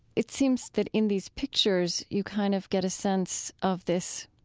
it seems that in these pictures you kind of get a sense of this,